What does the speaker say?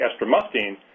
estramustine